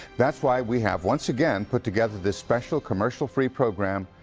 that's why we have once again put together this special commercial-free program,